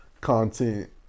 content